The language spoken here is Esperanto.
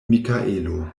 mikaelo